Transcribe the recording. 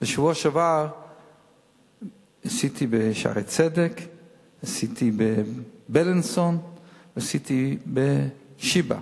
בשבוע שעבר עשיתי ב"שערי צדק"; עשיתי ב"בילינסון"; עשיתי ב"שיבא",